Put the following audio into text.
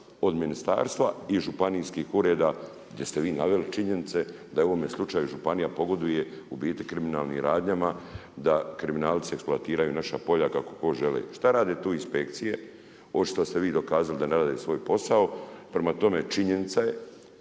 od ministarstva i županijskih ureda gdje ste vi naveli činjenice da u ovome slučaju županija pogoduje u biti kriminalnim radnjama. Da kriminalci eksploatiraju naša polja, kako ko žele. Šta rade tu inspekcije? Ovo što ste vi dokazali da ne rade svoj posao. Prema tome, činjenica je